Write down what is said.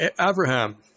Abraham